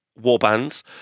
warbands